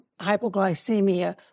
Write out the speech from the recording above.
hypoglycemia